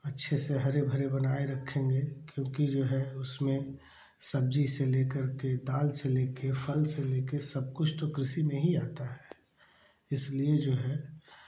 अच्छे से हरे भरे बनाए रखेंगे क्योंकि जो है उसमें सब्जी से लेकर के दाल से लेकर फल से लेकर सब कुछ तो कृषि में ही आता है इसलिए जो है